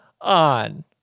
on